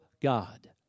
God